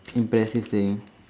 impressive thing